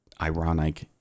ironic